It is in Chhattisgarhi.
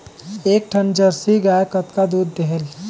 एक ठन जरसी गाय कतका दूध देहेल?